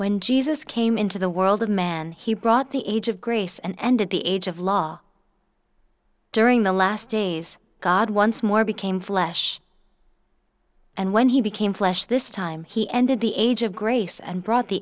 when jesus came into the world of man he brought the age of grace and at the age of law during the last days god once more became flesh and when he became flesh this time he ended the age of grace and brought the